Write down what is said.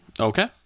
Okay